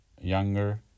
younger